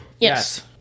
Yes